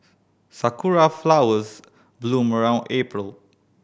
sakura flowers bloom around April